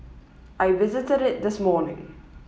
I visited it this morning